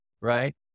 right